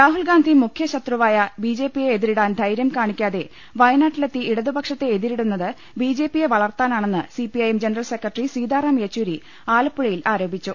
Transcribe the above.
രാഹുൽഗാന്ധി മുഖ്യശത്രുവായ ബിജെപിയെ എതിരിടാൻ ധൈര്യം കാണിക്കാതെ വയനാട്ടിലെത്തി ഇടതുപക്ഷത്തെ എതിരി ടുന്നത് ബിജെപിയെ വളർത്താനാണെന്ന് CPIM general secretary Sitaram Yechury ആലപ്പുഴയിൽ ആരോപിച്ചു